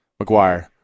McGuire